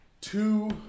two